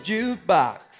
Jukebox